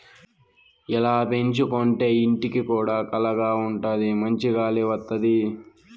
ఇలా పెంచుకోంటే ఇంటికి కూడా కళగా ఉంటాది మంచి గాలి వత్తది